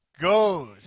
Goes